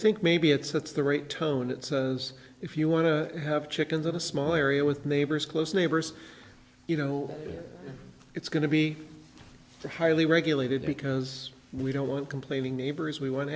think maybe it's the right tone that says if you want to have chickens in a small area with neighbors close neighbors you know it's going to be highly regulated because we don't want complaining neighbors we want